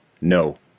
no